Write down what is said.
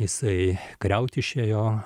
jisai kariaut išėjo